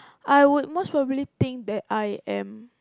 I would most probably think that I am